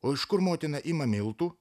o iš kur motina ima miltų